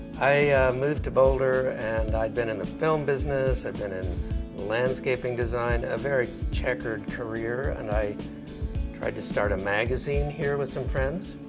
i moved to boulder and i'd been in the film business, i'd been in landscaping design. a very checkered career. and i tried to start a magazine here with some friends,